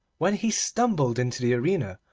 when he stumbled into the arena,